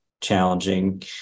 challenging